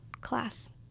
class